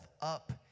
up